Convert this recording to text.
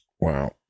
Wow